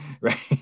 right